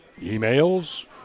Emails